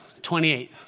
28